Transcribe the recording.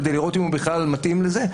כדי לראות אם הוא בכלל מתאים לזה,